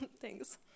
Thanks